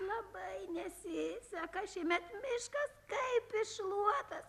labai nesiseka šiemet miškas kaip iššluotas